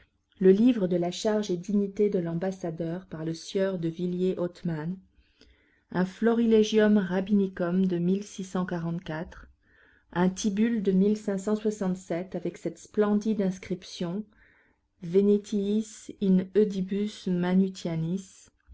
le livre de la charge et dignité de l'ambassadeur par le sieur de villiers hotman un florilegium rabbinicum de un tibulle de avec cette splendide inscription venetiis in oedibus manutianis